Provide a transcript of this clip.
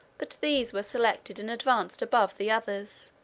but these were selected and advanced above the others,